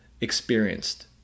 experienced